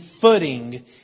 footing